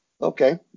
Okay